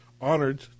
honored